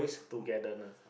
togetherness